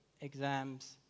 exams